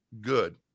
good